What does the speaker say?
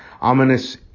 ominous